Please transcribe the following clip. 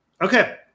Okay